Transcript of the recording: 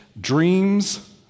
dreams